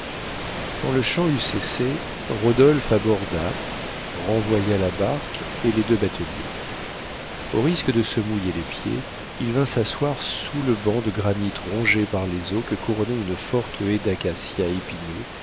quand le chant eut cessé rodolphe aborda renvoya la barque et les deux bateliers au risque de se mouiller les pieds il vint s'asseoir sous le banc de granit rongé par les eaux que couronnait une forte haie d'acacias épineux